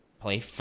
play